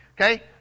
Okay